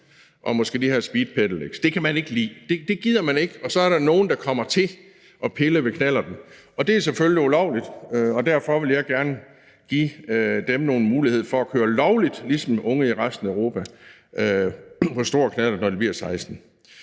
og måske de her speedpedelec – det kan man ikke lide, det gider man ikke. Så er der nogle, der kommer til at pille ved knallerten, og det er selvfølgelig ulovligt. Derfor vil jeg gerne give dem mulighed for at køre lovligt på stor knallert, når de bliver 16